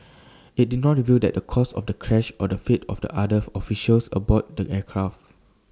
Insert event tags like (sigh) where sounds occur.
IT did not reveal that the cause of the crash or the fate of the other (noise) officials aboard the aircraft